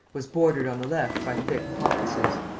was bordered on the left by thick coppices.